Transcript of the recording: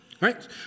right